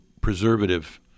preservative